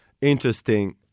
interesting